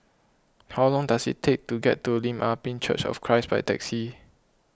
how long does it take to get to Lim Ah Pin Church of Christ by taxi